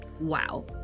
wow